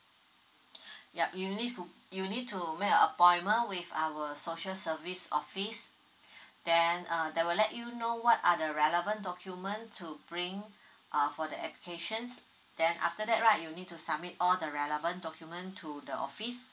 ya you need to you need to make a appointment with our social service office then uh they will let you know what are the relevant document to bring uh for the applications then after that right you need to submit all the relevant document to the office